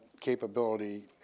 capability